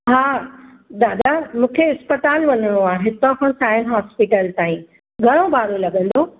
हा दादा मूंखे इस्पताल वञणो आहे हितां खां साइन हॉस्पिटल ताईं घणो भाड़ो लॻंदो